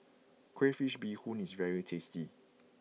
Crayfish Beehoon is very tasty